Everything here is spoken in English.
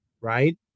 right